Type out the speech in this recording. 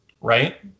Right